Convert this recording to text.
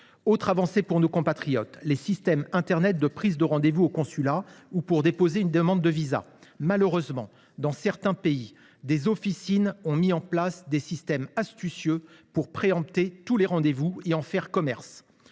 autre avancée pour nos compatriotes serait la révision du dispositif de prise de rendez vous au consulat ou pour déposer une demande visa. Malheureusement, dans certains pays, des officines ont mis en place des systèmes astucieux pour préempter tous les rendez vous et en faire commerce